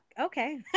Okay